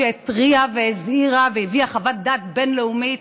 שהתריעה והזהירה והביאה חוות דעת בין-לאומית